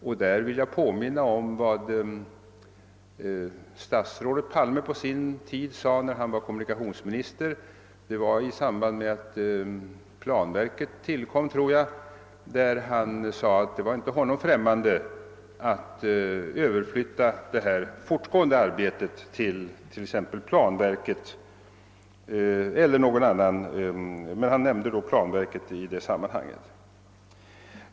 Och därvidlag vill jag påminna om vad statsrådet Palme uttalade när han var kommunikationsminister — det var i samband med att planverket tillkom, tror jag. Han sade att det var inte honom främmande att överflytta detta fortfortgående arbete till planverket eller något annat organ. Planverket nämndes i varje fall i det sammanhanget.